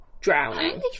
drowning